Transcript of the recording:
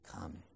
come